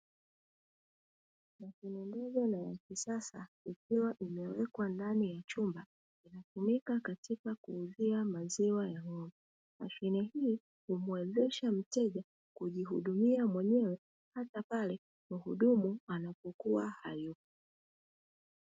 Mashine ndogo na ya kisasa ikiwa imewekwa ndani ya chumba, hutumika katika kuuzia maziwa. Mashine hii humuwezesha mteja kujihudumia mwenyewe hata pale mhudumu anapokuwa hayupo.